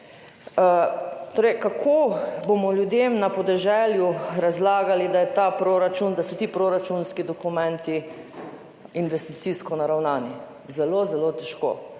Torej, kako bomo ljudem na podeželju razlagali, da je ta proračun, da so ti proračunski dokumenti investicijsko naravnani? Zelo, zelo težko,